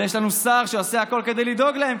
ויש לנו שר שעושה הכול כדי לדאוג להם,